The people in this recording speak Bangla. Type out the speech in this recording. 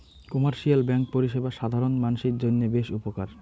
কোমার্শিয়াল ব্যাঙ্ক পরিষেবা সাধারণ মানসির জইন্যে বেশ উপকার